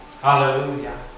Hallelujah